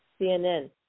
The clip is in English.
CNN